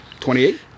28